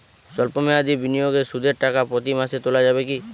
সল্প মেয়াদি বিনিয়োগে সুদের টাকা প্রতি মাসে তোলা যাবে কি?